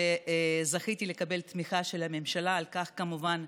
וזכיתי לקבל תמיכה של הממשלה, על כך, כמובן,